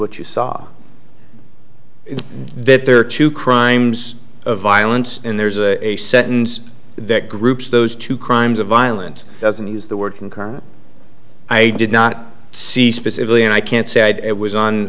what you saw that there are two crimes of violence and there's a sentence that groups those two crimes of violence doesn't use the word concur i did not see specifically and i can't say i had it was on